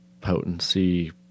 potency